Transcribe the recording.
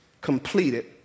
completed